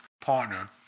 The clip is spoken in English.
partner